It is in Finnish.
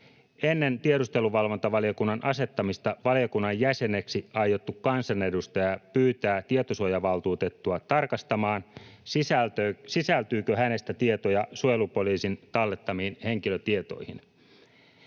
Ennen tiedusteluvalvontavaliokunnan asettamista valiokunnan jäseneksi aiottu kansanedustaja pyytää tietosuojavaltuutettua tarkastamaan, sisältyykö hänestä tietoja suojelupoliisin tallettamiin henkilötietoihin.